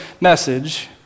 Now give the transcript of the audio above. message